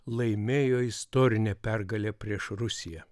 laimėjo istorinę pergalę prieš rusiją